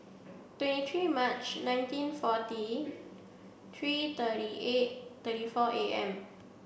twenty three March nineteen forty three thirty eight thirty four A M